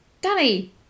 Danny